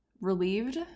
relieved